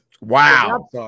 wow